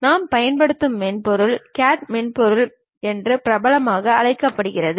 நாம் பயன்படுத்தும் மென்பொருள் CAD மென்பொருள் என்று பிரபலமாக அழைக்கப்படுகிறது